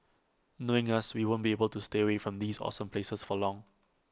knowing us we won't be able to stay away from these awesome places for long